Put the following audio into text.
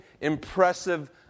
impressive